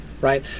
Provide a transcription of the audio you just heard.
right